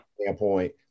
standpoint